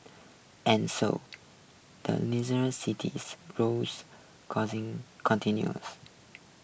and so the cities rolls causing continues